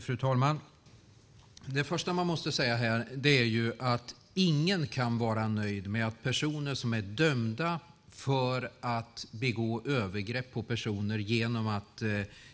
Fru talman! Det första man måste säga är att ingen kan vara nöjd med att personer begår övergrepp på andra genom att